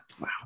Wow